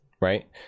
right